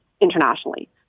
internationally